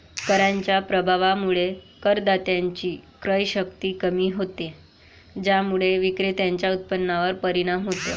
कराच्या प्रभावामुळे करदात्याची क्रयशक्ती कमी होते, ज्यामुळे विक्रेत्याच्या उत्पन्नावर परिणाम होतो